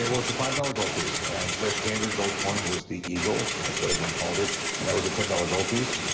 well, it's a five dollars gold piece. and your standard gold coin was the eagle. that's what everyone called it. and that was a ten dollars gold piece.